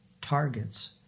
targets